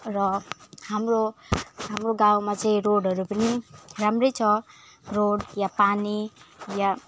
र हाम्रो हाम्रो गाउँमा चाहिँ रोडहरू पनि राम्रै छ रोड या पानी या